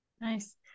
Nice